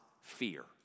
fear